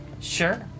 Sure